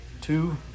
two